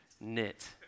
knit